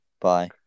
Bye